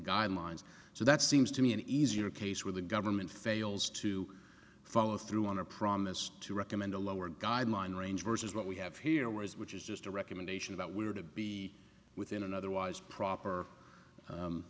guidelines so that seems to me an easier case where the government fails to follow through on a promise to recommend a lower guideline range versus what we have here where is which is just a recommendation that we are to be within an otherwise proper